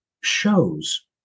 shows